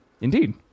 Indeed